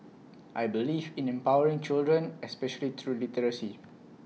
I believe in empowering children especially through literacy